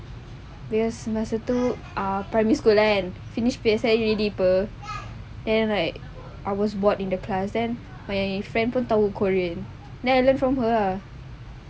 because masa itu ah primary school kan finish P_S_L_E paper and like I was bored in the class then my friend pun tahu korean then I learn from her lah